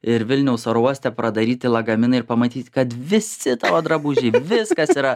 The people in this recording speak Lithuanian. ir vilniaus oro uoste pradaryti lagaminai ir pamatyti kad visi tavo drabužiai viskas yra